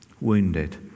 wounded